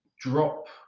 drop